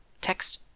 Text